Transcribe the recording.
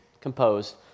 composed